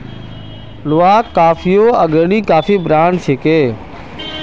Luwak कॉफियो अग्रणी coffee brand छिके